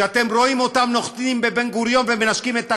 שאתם רואים אותם נוחתים בבן גוריון ומנשקים את הקרקע,